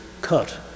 cut